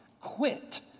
quit